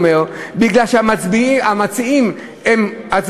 הוא אומר,